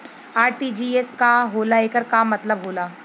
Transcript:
RTGS का होला acre का मतलब होला?